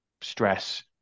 stress